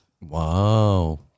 Wow